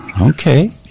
Okay